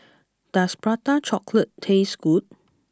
does Prata Chocolate taste good